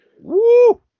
Woo